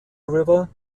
river